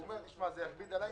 הוא אמר: זה יכביד עלי,